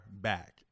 back